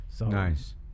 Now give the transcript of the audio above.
Nice